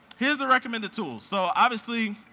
here's the recommended tools. so obviously,